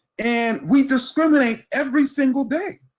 and we discriminate every single day,